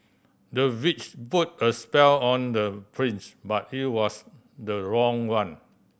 the witch put a spell on the prince but it was the wrong one